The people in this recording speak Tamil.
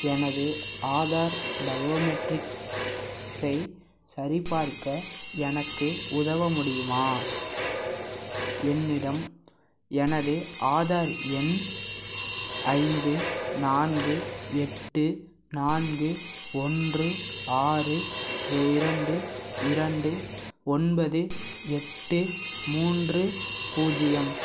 எனது ஆதார் பயோமெட்ரிக் ஸை சரிபார்க்க எனக்கு உதவ முடியுமா என்னிடம் எனது ஆதார் எண் ஐந்து நான்கு எட்டு நான்கு ஒன்று ஆறு ரெ இரண்டு இரண்டு ஒன்பது எட்டு மூன்று பூஜ்ஜியம்